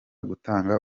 gutanga